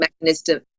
mechanism